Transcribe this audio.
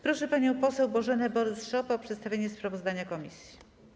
Proszę panią poseł Bożenę Borys-Szopę o przedstawienie sprawozdania komisji.